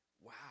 Wow